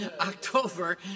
October